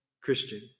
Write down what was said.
Christian